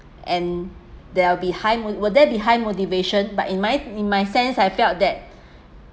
and there will be high will there be high motivation but in my in my sense I feel that